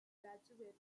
graduate